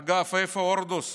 אגב, איפה הורדוס?